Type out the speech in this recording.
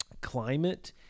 climate